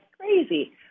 crazy